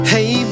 Hey